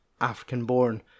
African-born